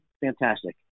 fantastic